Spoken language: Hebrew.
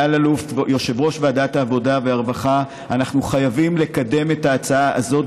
יושב-ראש ועדת העבודה והרווחה: אנחנו חייבים לקדם את ההצעה הזאת